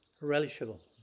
relishable